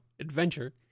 Adventure